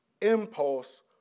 impulse